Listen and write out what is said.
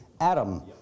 Adam